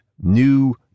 new